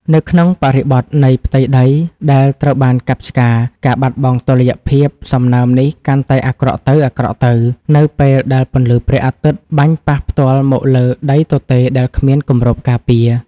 នៅក្នុងបរិបទនៃផ្ទៃដីដែលត្រូវបានកាប់ឆ្ការ ការបាត់បង់តុល្យភាពសំណើមនេះកាន់តែអាក្រក់ទៅៗ នៅពេលដែលពន្លឺព្រះអាទិត្យបាញ់ប៉ះផ្ទាល់មកលើដីទទេរដែលគ្មានគម្របការពារ។